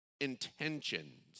intentions